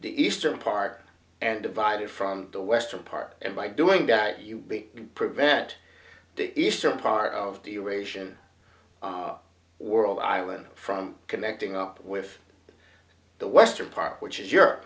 the eastern part and divided from the western part and by doing that you big prevent the eastern part of the ration world island from connecting up with the western part which is